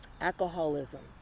alcoholism